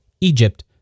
Egypt